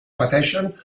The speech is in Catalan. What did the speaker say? pateixen